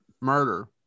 murder